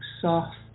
soft